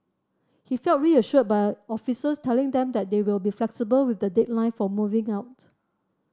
he felt reassured by officers telling them that they will be flexible with the deadline for moving out